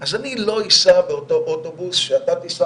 אז אני לא אסע באותו אוטובוס שאתה תיסע